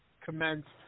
commenced